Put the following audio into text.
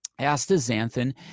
Astaxanthin